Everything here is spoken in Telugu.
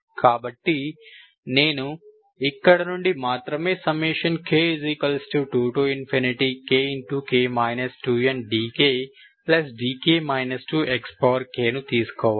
కాబట్టి నేను ఇక్కడ నుండి మాత్రమే k2kk 2ndkdk 2xk ని తీసుకోవాలి